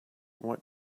what